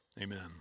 amen